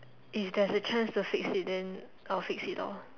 if there's a chance to fix it then I'll fix it loh